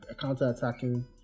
counter-attacking